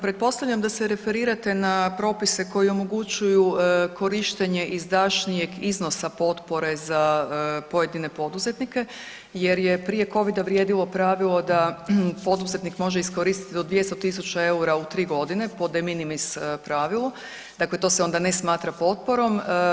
Pretpostavljam da se referirate na propise koji omogućuju korištenje izdašnijeg iznosa potpore za pojedine poduzetnike jer je prije Covida vrijedilo pravilo da poduzetnik može iskoristiti do 200.000 EUR-a u 3 godine po de minimis pravilu, dakle to se onda ne smatra potporom.